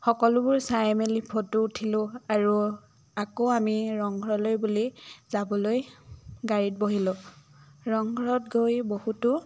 সকলোবোৰ চাই মেলি ফটো উঠিলো আৰু আকৌ আমি ৰংঘৰলৈ বুলি যাবলৈ গাড়ীত বহিলো ৰংঘৰত গৈ বহুতো